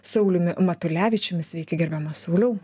sauliumi matulevičiumi sveiki gerbiamas sauliau